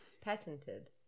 Patented